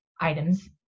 items